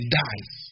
dies